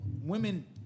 women